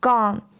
Gone